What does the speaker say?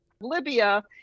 Libya